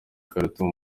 khartoum